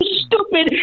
stupid